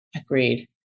Agreed